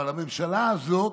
אבל הממשלה הזאת,